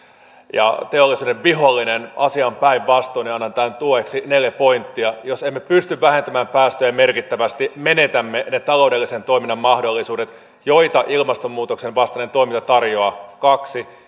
ja teollisuuden vihollinen asia on päinvastoin ja annan tämän tueksi neljä pointtia yksi jos emme pysty vähentämään päästöjä merkittävästi menetämme ne taloudellisen toiminnan mahdollisuudet joita ilmastonmuutoksen vastainen toiminta tarjoaa kaksi